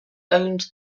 owned